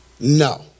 No